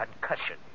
concussion